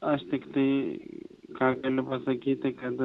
aš tiktai ką galiu pasakyti kad